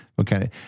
okay